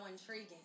intriguing